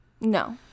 No